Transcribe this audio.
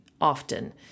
often